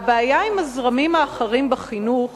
הבעיה עם הזרמים האחרים בחינוך